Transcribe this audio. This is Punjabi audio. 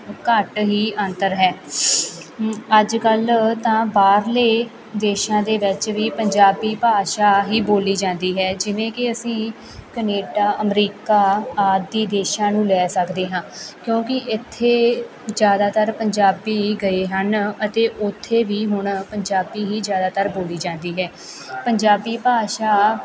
ਘੱਟ ਹੀ ਅੰਤਰ ਹੈ ਅੱਜ ਕੱਲ ਤਾਂ ਬਾਹਰਲੇ ਦੇਸ਼ਾਂ ਦੇ ਵਿੱਚ ਵੀ ਪੰਜਾਬੀ ਭਾਸ਼ਾ ਹੀ ਬੋਲੀ ਜਾਂਦੀ ਹੈ ਜਿਵੇਂ ਕਿ ਅਸੀਂ ਕਨੇਡਾ ਅਮਰੀਕਾ ਆਦਿ ਦੇਸ਼ਾਂ ਨੂੰ ਲੈ ਸਕਦੇ ਹਾਂ ਕਿਉਂਕਿ ਇੱਥੇ ਜਿਆਦਾਤਰ ਪੰਜਾਬੀ ਗਏ ਹਨ ਅਤੇ ਉਥੇ ਵੀ ਹੁਣ ਪੰਜਾਬੀ ਹੀ ਜਿਆਦਾਤਰ ਬੋਲੀ ਜਾਂਦੀ ਹੈ ਪੰਜਾਬੀ ਭਾਸ਼ਾ